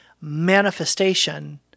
manifestation